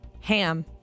Ham